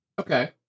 Okay